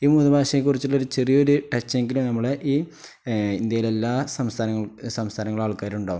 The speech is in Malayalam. ഈ മൂന്നു ഭാഷയെക്കുറിച്ചുള്ള ഒരു ചെറിയ ഒരു ടച്ച് എങ്കിലും നമ്മൾ ഈ ഇന്ത്യയിലെ എല്ലാ സംസ്ഥാന സംസ്ഥാനങ്ങളിലും ആൾക്കാരുണ്ടാവും